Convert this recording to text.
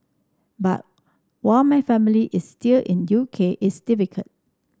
but while my family is still in U K it's difficult